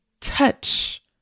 touch